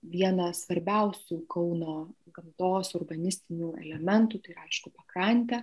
vieną svarbiausių kauno gamtos urbanistinių elementų tai yra aišku pakrantę